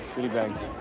goody bags.